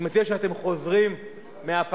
ואני מציע, כשאתם חוזרים מהפגרה,